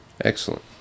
Excellent